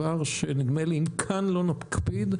נדמה לי שאם כאן לא נקפיד,